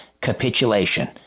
capitulation